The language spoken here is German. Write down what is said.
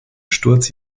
sturz